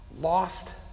lost